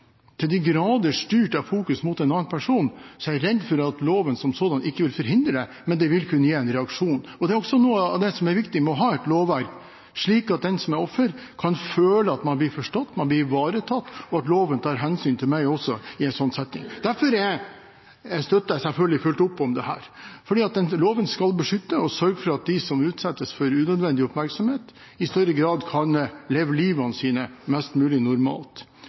til de grader er styrt av fokus mot en annen person, er jeg redd for at loven som sådan ikke vil forhindre det, men det vil kunne gi en reaksjon. Det er også noe av det som er viktig med å ha et lovverk, at den som er offer, kan føle at man blir forstått, man blir ivaretatt, og at loven tar hensyn til meg også i en sånn setting. Derfor støtter jeg selvfølgelig fullt opp om dette, for loven skal beskytte og sørge for at de som utsettes for unødvendig oppmerksomhet, i større grad kan leve livet sitt mest mulig normalt.